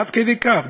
עד כדי כך,